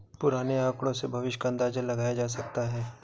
पुराने आकड़ों से भविष्य का अंदाजा लगाया जा सकता है